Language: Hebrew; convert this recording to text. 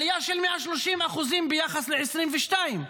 עלייה של 130% ביחס ל-2022,